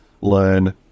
learn